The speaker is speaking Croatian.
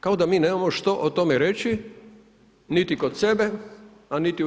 Kao da mi nemamo što o tome reći niti kod sebe a niti u EU.